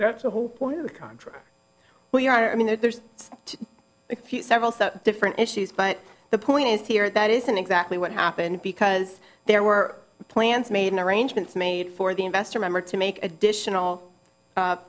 that's the whole point of the contract we are i mean there's a few several different issues but the point is here that isn't exactly what happened because there were plans made in arrangements made for the investor member to make additional